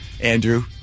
Andrew